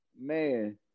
man